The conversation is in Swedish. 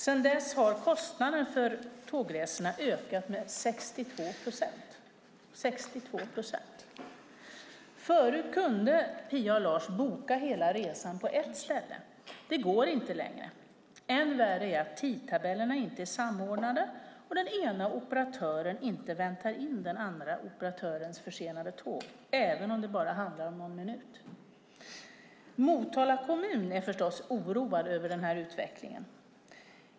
Sedan dess har kostnaderna för tågresorna ökat med 62 procent. 62 procent! Förut kunde Pia och Lars boka hela resan på ett ställe. Det går inte längre. Än värre är att tidtabellerna inte är samordnade och att den ena operatören inte väntar in den andra operatörens försenade tåg, även om det bara handlar om någon minut. Motala kommun är förstås oroad över utvecklingen.